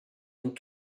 and